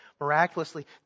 miraculously